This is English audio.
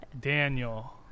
Daniel